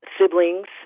siblings